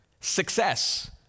success